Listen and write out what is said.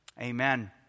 Amen